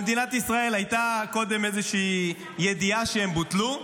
למדינת ישראל הייתה קודם איזושהי ידיעה שהם בוטלו,